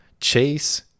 Chase